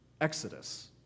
Exodus